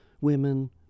women